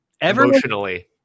emotionally